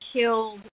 killed